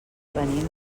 venim